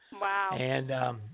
Wow